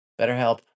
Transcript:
BetterHelp